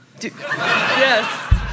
Yes